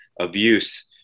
abuse